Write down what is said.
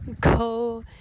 go